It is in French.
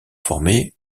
formé